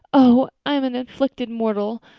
oh, i am an afflicted mortal.